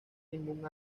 ningún